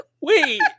wait